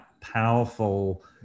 powerful